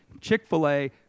Chick-fil-A